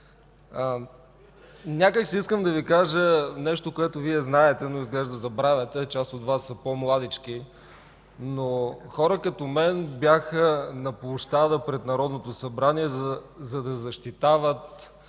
изявления. Искам да Ви кажа нещо, което Вие знаете, но изглежда забравяте, част от Вас са по-младички, но хора като мен бяха на площада пред Народното събрание, за да защитават